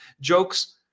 Jokes